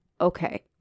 Okay